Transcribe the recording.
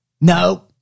No